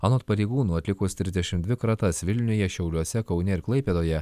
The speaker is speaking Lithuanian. anot pareigūnų atlikus trisdešim dvi kratas vilniuje šiauliuose kaune ir klaipėdoje